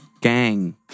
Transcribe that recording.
Gang